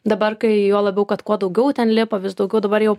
dabar kai juo labiau kad kuo daugiau ten lipa vis daugiau dabar jau